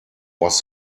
was